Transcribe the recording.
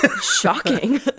Shocking